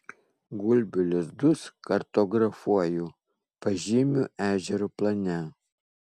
gulbių lizdus kartografuoju pažymiu ežero plane